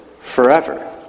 forever